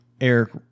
Eric